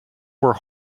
were